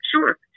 sure